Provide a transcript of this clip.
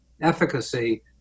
efficacy